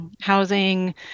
housing